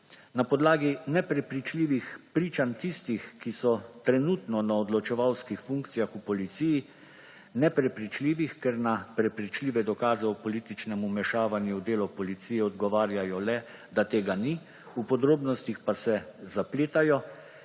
na podlagi neprepričljivih pričanj tistih, ki so trenutno na odločevalskih funkcijah v policiji – neprepričljivih, ker na prepričljive dokaze o političnem vmešavanju v delo policije odgovarjajo le, da tega ni, v podrobnostih pa se zapletajo